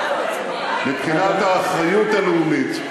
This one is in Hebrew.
מבחינת האחריות הלאומית,